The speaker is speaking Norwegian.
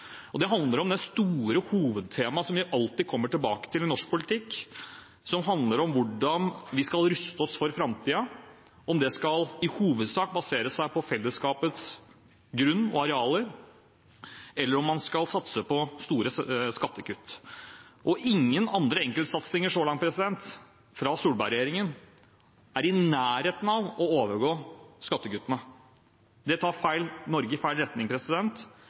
samfunn. Det handler om det store hovedtemaet som vi alltid kommer tilbake til i norsk politikk, som handler om hvordan vi skal ruste oss for framtiden, om en i hovedsak skal basere seg på fellesskapets grunn og arealer, eller om man skal satse på store skattekutt. Ingen andre enkeltsatsinger så langt fra Solberg-regjeringen er i nærheten av å overgå skattekuttene. Det tar Norge i feil retning,